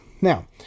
now